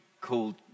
called